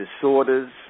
disorders